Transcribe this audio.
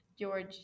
George